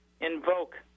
invoke